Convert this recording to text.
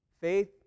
faith